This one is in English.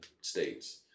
states